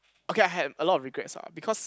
okay I had a lot of regrets ah because